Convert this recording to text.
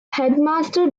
headmaster